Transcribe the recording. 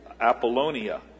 Apollonia